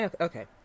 Okay